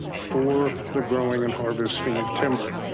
for the growing and harvesting of timber.